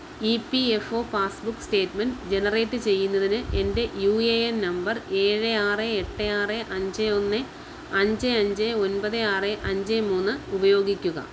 E P F O passbook statement generate ചെയ്യുന്നതിന് എന്റെ U A N number ഏഴ് ആറ് എട്ട് ആറ് അഞ്ച് ഒന്ന് അഞ്ച് അഞ്ച് ഒമ്പത് ആറ് അഞ്ച് മൂന്ന് ഉപയോഗിക്കുക